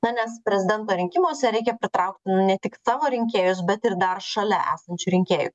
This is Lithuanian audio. na nes prezidento rinkimuose reikia pritraukti nu ne tik savo rinkėjus bet ir dar šalia esančių rinkėjų